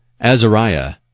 Azariah